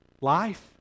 Life